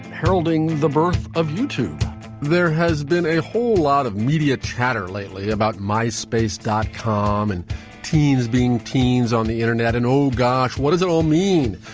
heralding the birth of youtube there has been a whole lot of media chatter lately about myspace dot com and teens being teens on the internet. and, oh, gosh, what does it all mean?